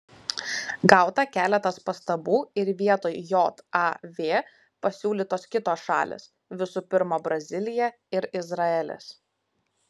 gauta keletas pastabų ir vietoj jav pasiūlytos kitos šalys visų pirma brazilija ir izraelis